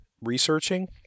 researching